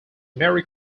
merry